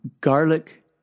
garlic